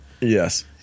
Yes